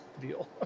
deal